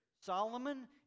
Solomon